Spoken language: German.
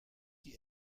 die